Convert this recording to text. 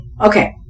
Okay